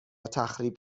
تخریب